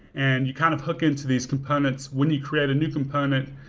and you kind of hook into these components. when you create a new component,